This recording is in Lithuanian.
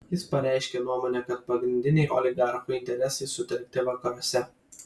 jis pareiškė nuomonę kad pagrindiniai oligarchų interesai sutelkti vakaruose